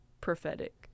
prophetic